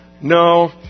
No